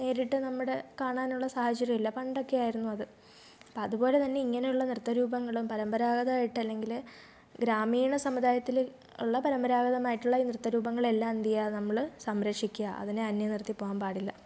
നേരിട്ട് നമ്മുടെ കാണാനുള്ള സാഹചര്യവുമില്ല പണ്ടൊക്കെ ആയിരുന്നു അത് അപ്പോൾ അതുപോലെ തന്നെ ഇങ്ങനെയുള്ള നൃത്ത രൂപങ്ങളും പരമ്പരാഗതമായിട്ടല്ലെങ്കിൽ ഗ്രാമീണ സമുദായത്തിൽ ഉള്ള പാരമ്പരാഗതമായിട്ടുള്ള നൃത്ത രൂപങ്ങളെല്ലാം എന്തെയ്യാ നമ്മൾ സംരക്ഷിക്കുക അതിനെ അന്യം നിർത്തി പോകാൻ പാടില്ല